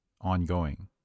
Ongoing